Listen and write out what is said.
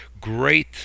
great